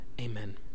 Amen